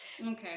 okay